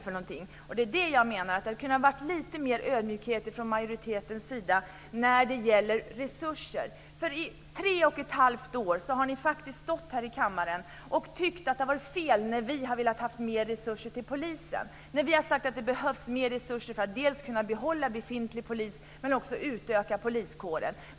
I det avseendet menar jag att det kunde ha varit lite mer ödmjukhet från majoritetens sida när det gäller resurser. I tre och ett halvt år har ni faktiskt stått här i kammaren och tyckt att vi har haft fel när vi har velat ha mer resurser till polisen. Vi har sagt att det behövs mer resurser för att dels kunna behålla befintlig polis, dels utöka poliskåren.